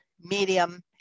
medium